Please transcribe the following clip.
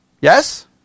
Yes